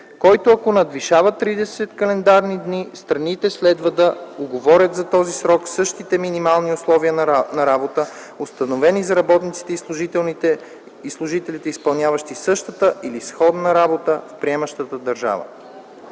който ако надвишава 30 календарни дни, страните следва да уговорят за този срок същите минимални условия на работа, установени за работниците и служителите, изпълняващи същата или сходна работа в приемащата държава.